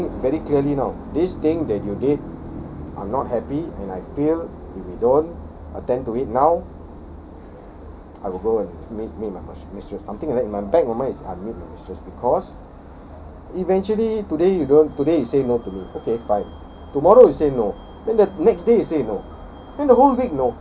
put this thing very clearly now this thing that you did I'm not happy and I feel if we don't attend to it now I will go and meet meet my mi~ mistress something like that in the back of my mind is I meet my mistress because eventually today you don't today you say no to me okay fine tomorrow you say no then the next day you say no